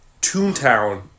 Toontown